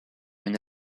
une